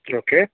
okay